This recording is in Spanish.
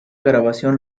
grabación